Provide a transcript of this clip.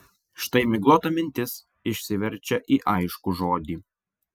štai miglota mintis išsiverčia į aiškų žodį